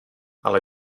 ale